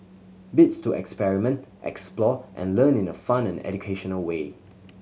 bits to experiment explore and learn in a fun and educational way